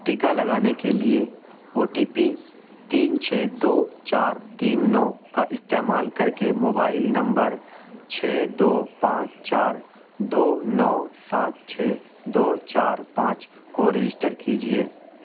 ٹیکا لگانے کے لیے او ٹی پی تین چھ دو چار تین نو کا استعمال کر کے موبائل نمبر چھ دو پانچ چار دو نو سات چھ دو چار پانچ کو رجسٹر کیجیے